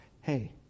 hey